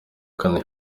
kane